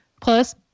plus